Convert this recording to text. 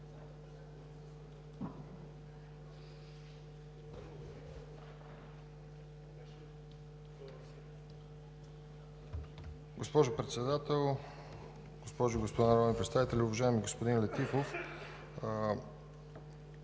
Госпожо Председател, госпожи и господа народни представители, уважаеми господин Летифов!